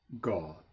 God